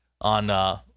On